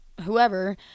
whoever